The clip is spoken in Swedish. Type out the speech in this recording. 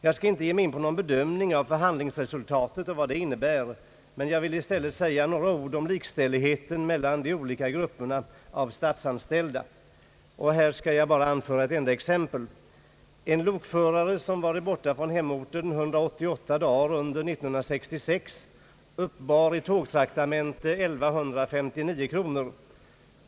Jag skall inte ge mig in på någon bedömning av förhandlingsresultatet och vad det innebär. Jag vill i stället säga några ord om likställigheten mellan de olika grupperna av statsanställda. Här skall jag bara anföra ett enda exempel. En lokförare som varit borta från hemorten 188 dagar under 1966 uppbar i tågtraktamenten 1159 kronor.